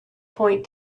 point